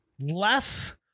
less